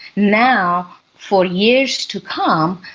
now for years to come,